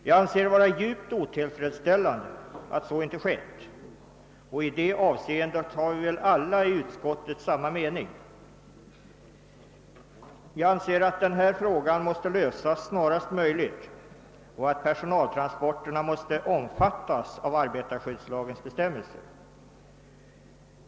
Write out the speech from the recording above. Jag anser det vara djupt otillfredsställande att så inte har skett, och i det avseendet har vi väl alla i utskottet samma mening. Jag anser att den här frågan måste lösas snarast möjligt och att personaltransporterna måste omfattas av arbetarskyddslagens bestämmelser.